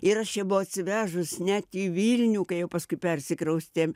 ir aš ją buvau atsivežus net į vilnių kai jau paskui persikraustėm